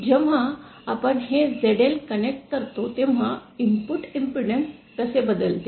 जेव्हा आपण हे zl कनेक्ट करतो तेव्हा इनपुट इनडेडन्स कसे बदलते